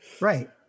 Right